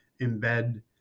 embed